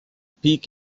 peak